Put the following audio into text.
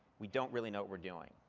we don't really know what we're doing.